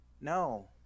No